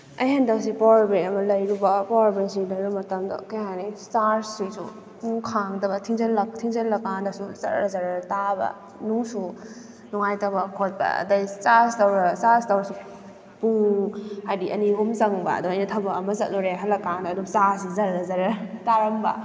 ꯑꯩ ꯍꯟꯗꯛꯁꯦ power bank ꯑꯃ ꯂꯩꯔꯨꯕ ꯄꯋꯥꯔ ꯕꯦꯡꯁꯤ ꯂꯩꯔꯨ ꯃꯇꯝꯗ ꯀꯩ ꯍꯥꯏꯅꯤ ꯆꯥꯔꯆꯁꯤꯁꯨ ꯁꯨꯝ ꯈꯥꯡꯗꯕ ꯊꯤꯡꯖꯤꯜꯂ ꯀꯥꯟꯗꯁꯨ ꯖꯔ ꯖꯔ ꯇꯥꯕ ꯅꯨꯡꯁꯨ ꯅꯨꯡꯉꯥꯏꯇꯕ ꯈꯣꯠꯄ ꯑꯗꯨꯗꯩ ꯆꯥꯔꯆ ꯇꯧꯔ ꯆꯥꯔꯆ ꯇꯧꯔꯁꯨ ꯄꯨꯡ ꯍꯥꯏꯗꯤ ꯑꯅꯤ ꯑꯍꯨꯝ ꯆꯪꯕ ꯑꯗꯨ ꯑꯩꯅ ꯊꯕꯛ ꯑꯃ ꯆꯠꯂꯨꯔꯦ ꯍꯜꯂꯛꯀꯥꯟꯗ ꯑꯗꯨꯝ ꯆꯥꯔꯆꯁꯤ ꯖꯔ ꯖꯔ ꯇꯥꯔꯝꯕ